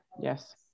yes